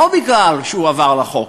לא משום שהוא עבר על החוק,